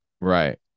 Right